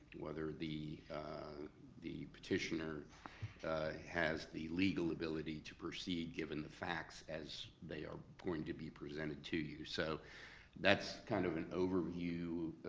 whether the the petitioner has the legal ability to proceed, given the facts as they are going to be presented to you, so that's kind of an overview.